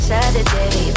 Saturday